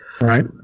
Right